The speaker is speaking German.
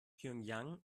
pjöngjang